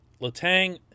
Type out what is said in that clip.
Letang